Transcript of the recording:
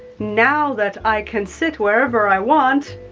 now that i can sit wherever i want,